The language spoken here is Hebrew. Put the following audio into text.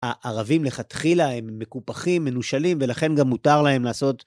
הערבים לכתחילה הם מקופחים, מנושלים, ולכן גם מותר להם לעשות